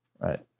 Right